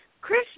Chris